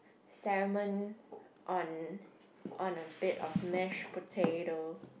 salmon on on a bed of mashed potato